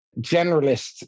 generalist